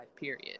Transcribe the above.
period